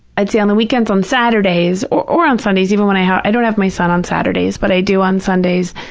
i'd say on the weekends, on saturdays, or or on sundays even when i have, i don't have my son on saturdays but i do on sundays,